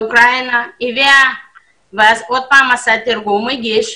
לאוקראינה, תרגם את המסמך והגיש.